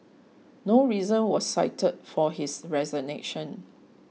no reason was cited for his resignation